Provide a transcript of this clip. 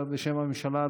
בשם הממשלה,